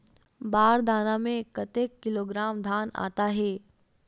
बार दाना में कतेक किलोग्राम धान आता हे?